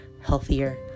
healthier